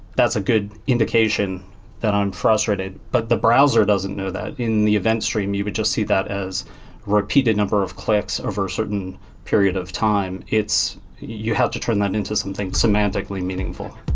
that's a good indication that i'm frustrated. but the browser doesn't know that. in the event stream, you would just see that as repeated number of clicks over a certain period of time. you have to turn that into something semantically meaningful